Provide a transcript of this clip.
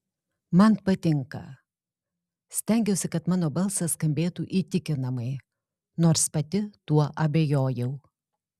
man patinka stengiausi kad mano balsas skambėtų įtikinamai nors pati tuo abejojau